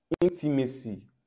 Intimacy